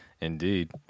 Indeed